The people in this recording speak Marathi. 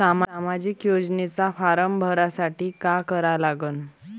सामाजिक योजनेचा फारम भरासाठी का करा लागन?